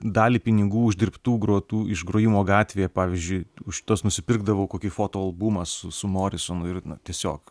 dalį pinigų uždirbtų grotų iš grojimo gatvėje pavyzdžiui už tuos nusipirkdavau kokį fotoalbumą su su morisonu ir tiesiog